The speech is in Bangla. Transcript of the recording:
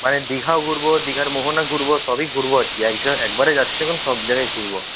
মানে দীঘা ঘুরব দীঘার মোহনা ঘুরব সবই ঘুরব আর কি এক একবারে যাচ্ছি যখন সব জায়গায় ঘুরব